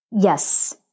Yes